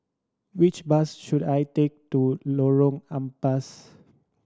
which bus should I take to Lorong Ampas